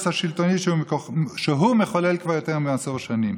השלטוני שהוא מחולל כבר יותר מעשר שנים.